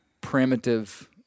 primitive